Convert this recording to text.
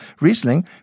Riesling